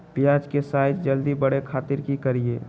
प्याज के साइज जल्दी बड़े खातिर की करियय?